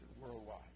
worldwide